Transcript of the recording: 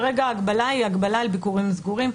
כרגע ההגבלה היא הגבלה על ביקורים סגורים.